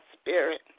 spirit